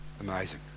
amazing